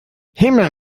himmel